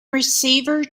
receiver